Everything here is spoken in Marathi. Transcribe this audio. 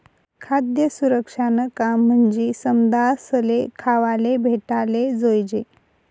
खाद्य सुरक्षानं काम म्हंजी समदासले खावाले भेटाले जोयजे